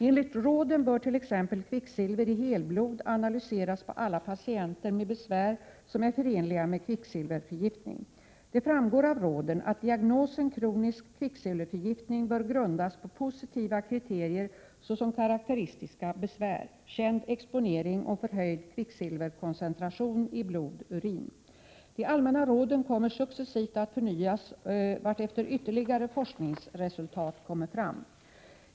Enligt råden bör t.ex. kvicksilver i helblod analyseras på alla patienter med besvär som är förenliga med kvicksilverförgiftning. Det framgår av råden att diagnosen kronisk kvicksilverförgiftning bör grundas på positiva kriterier såsom karakteristiska besvär, känd exponering och förhöjd kvicksilverkoncentration i blod/urin. De allmänna råden kommer successivt att förnyas vartefter ytterligare forskningsresultat kommer fram.